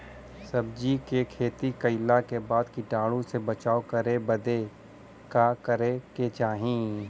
सब्जी के खेती कइला के बाद कीटाणु से बचाव करे बदे का करे के चाही?